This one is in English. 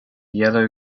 yellow